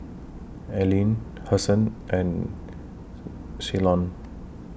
Allene Hasan and Ceylon